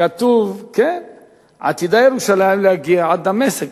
כתוב: עתידה ירושלים להגיע עד דמשק.